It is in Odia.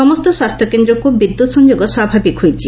ସମସ୍ତ ସ୍ୱାସ୍ଥ୍ୟକେନ୍ଦ୍ରକୁ ବିଦ୍ୟୁତ୍ ସଂଯୋଗ ସ୍ୱାଭାବିକ ହୋଇଛି